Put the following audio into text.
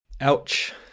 Ouch